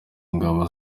ingabo